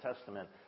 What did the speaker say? Testament